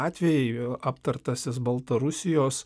atvejai aptartasis baltarusijos